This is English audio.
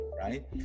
Right